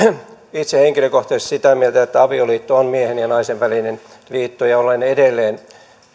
itse henkilökohtaisesti sitä mieltä että avioliitto on miehen ja naisen välinen liitto ja olen edelleen